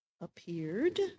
appeared